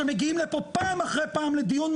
שמגיעים לפה פעם אחרי פעם לדיון,